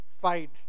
fight